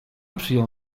przyjął